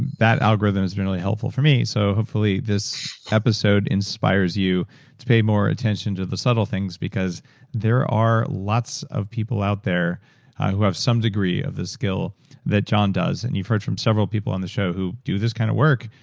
that algorithm has been really helpful for me, so hopefully, this episode inspires you to pay more attention to the subtle things, because there are lots of people out there who have some degree of the skill that john does and you've heard from several people on the show who do this kind of work,